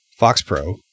FoxPro